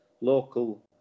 local